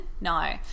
No